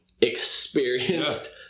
experienced